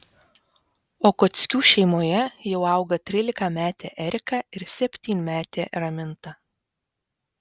okockių šeimoje jau auga trylikametė erika ir septynmetė raminta